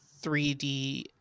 3D